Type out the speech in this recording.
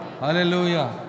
Hallelujah